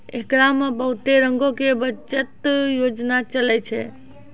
एकरा मे बहुते रंगो के बचत योजना चलै छै